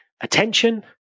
attention